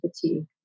fatigue